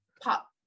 pop